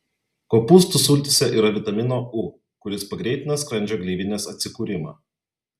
kopūstų sultyse yra vitamino u kuris pagreitina skrandžio gleivinės atsikūrimą